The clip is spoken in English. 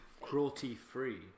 Cruelty-free